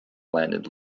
landed